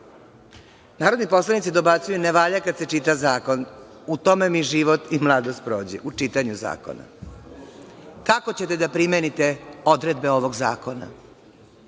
Narodni poslanici dobacuju, ne valja kad se čita zakon. U tome mi život i mladost prođe, u čitanju zakona. Kako ćete da primenite odredbe ovog zakona?